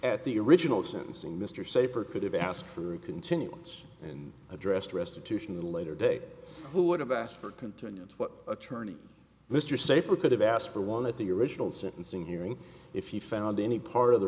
at the original sentencing mr saper could have asked for a continuance and addressed restitution a later date who would have asked for continued what attorney mr safer could have asked for one at the original sentencing hearing if he found any part of the